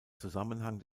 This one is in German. zusammenhang